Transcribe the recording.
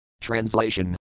Translation